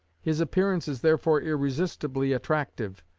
his appearance is therefore irresistibly attractive.